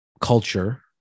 culture